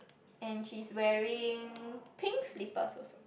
and she is wearing pink slippers also